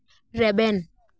ᱨᱮᱵᱮᱱ